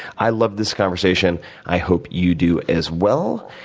i loved this conversation i hope you do, as well.